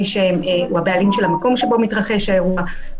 מי שהוא הבעלים של המקום שבו מתרחש האירוע,